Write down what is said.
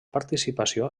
participació